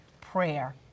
prayer